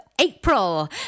April